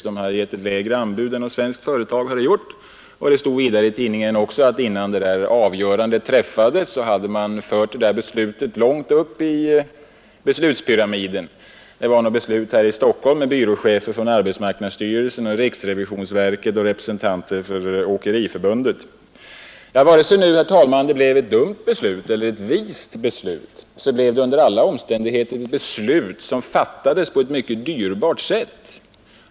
Företaget hade lämnat ett lägre anbud än de svenska konkurrenterna. Det stod också att läsa att innan frågan avgjordes hade den förts långt upp i beslutspyramiden. Enligt uppgift fattade man beslut vid ett sammanträde här i Stockholm med byråchefer från arbetsmarknadsstyrelsen, representanter för riksrevisionsverket och företrädare för Åkeriförbundet. Oavsett om det blev ett dumt eller ett vist beslut blev det under alla förhållanden ett beslut som fattades på ett mycket dyrbart sätt.